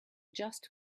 just